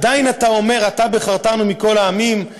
עדיין אתה אומר: "אתה בחרתנו מכל העמים"?